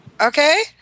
Okay